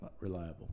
reliable